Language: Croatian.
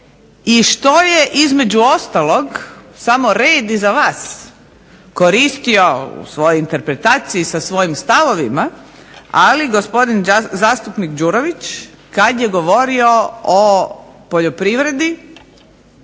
i što je između ostalog samo red iza vas koristio u svojoj interpretaciji i sa svojim stavovima, ali gospodin zastupnik Đurović kad je govorio o poljoprivredi